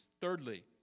Thirdly